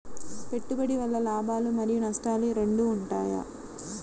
పెట్టుబడి వల్ల లాభాలు మరియు నష్టాలు రెండు ఉంటాయా?